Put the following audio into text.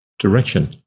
Direction